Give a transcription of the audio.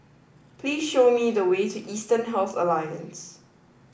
please show me the way to Eastern Health Alliance